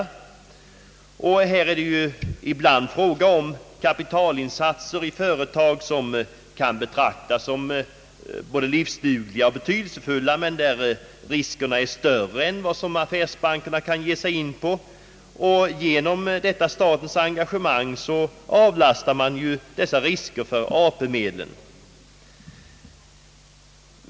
Här är det ibland fråga om kapitalinsatser i företag, som kan betraktas såsom både livsdugliga och betydelsefulla, men där riskerna är större än vad affärsbankerna vill ge sig in på. Genom detta statens egna engagemang avlastar man dessa risker för AP-medlen.